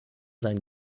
sein